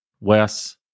Wes